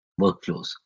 workflows